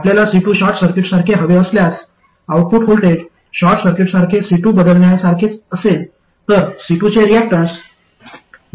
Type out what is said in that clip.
आपल्याला C2 short सर्किटसारखे हवे असल्यास आउटपुट व्होल्टेज शॉर्ट सर्किटद्वारे C2 बदलण्यासारखेच असेल तर C2 चे रियाक्टन्स RD RL